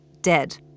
Dead